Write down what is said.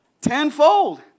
tenfold